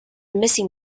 missing